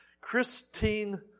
Christine